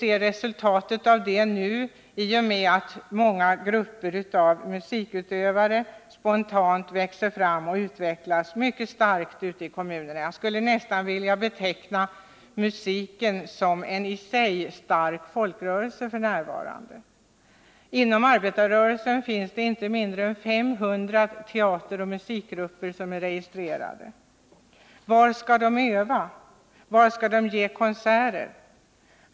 Ett resultat av detta är att många grupper av musikutövare spontant växer fram och utvecklas mycket starkt ute i kommunerna. Jag skulle för min del närmast vilja beteckna musiken just nu som en i sig stark folkrörelse. Inom arbetarrörelsen finns det inte mindre än 500 registrerade teateroch musikgrupper. Var skall de öva, och var skall de ge konserter?